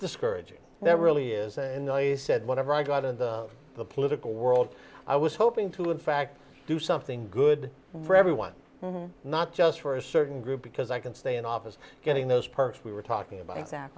discouraging that really is and they said whenever i got into the political world i was hoping to in fact do something good for everyone not just for a certain group because i can stay in office getting those perks we were talking about